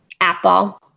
Apple